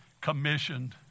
commissioned